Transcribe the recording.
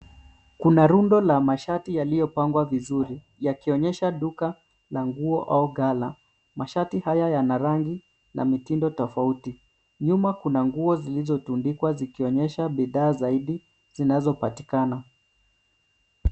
Kuna rundo ya mashati yaliyopangwa vizuri yakionyesha duka la nguo au ghala. Mashati haya yana rangi na mitindo tofauti. Nyuma kuna nguo zilizotundikwa zikionyesha bidhaa zaidi zinazopatikana.